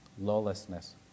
lawlessness